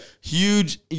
huge